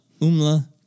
Umla